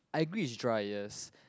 I agree is dry yes